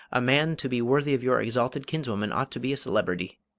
a man to be worthy of your exalted kinswoman ought to be a celebrity.